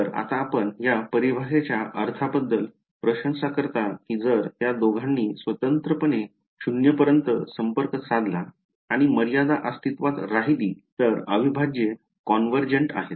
तर आता आपण या परिभाषाच्या अर्थाबद्दल प्रशंसा करता की जर त्या दोघांनी स्वतंत्रपणे 0 पर्यंत संपर्क साधला आणि मर्यादा अस्तित्त्वात राहिली तर अविभाज्य कॉन्वेर्जेंट आहे